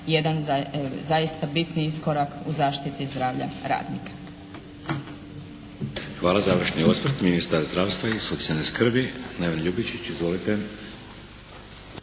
jedan zaista bitni iskorak u zaštiti zdravlja radnika.